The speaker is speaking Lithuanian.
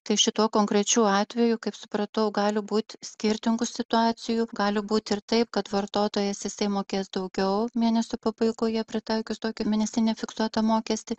tai šituo konkrečiu atveju kaip supratau gali būt skirtingų situacijų gali būti ir taip kad vartotojas jisai mokės daugiau mėnesio pabaigoje pritaikius tokį mėnesinį fiksuotą mokestį